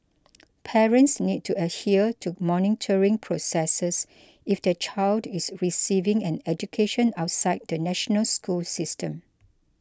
parents need to adhere to monitoring processes if their child is receiving an education outside the national school system